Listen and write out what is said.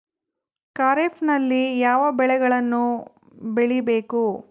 ಖಾರೇಫ್ ನಲ್ಲಿ ಯಾವ ಬೆಳೆಗಳನ್ನು ಬೆಳಿಬೇಕು?